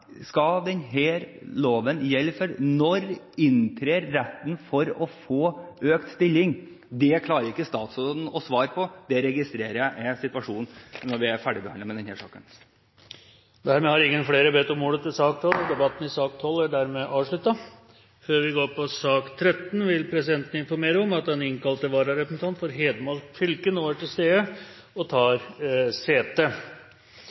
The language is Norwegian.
loven skal gjelde for. Når inntrer retten til å få økt stilling? Det klarer ikke statsråden å svare på. Jeg registrerer at det er situasjonen når vi har ferdigbehandlet denne saken. Flere har ikke bedt om ordet til sak nr. 12. Før vi går til sak nr. 13, vil presidenten informere om at den innkalte vararepresentant for Hedmark fylke, Frøydis Elisabeth Sund, nå er til stede og tar sete.